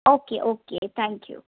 okay okay thank you